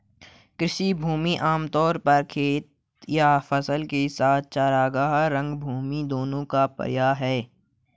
कृषि भूमि आम तौर पर खेत या फसल के साथ चरागाह, रंगभूमि दोनों का पर्याय है